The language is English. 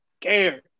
care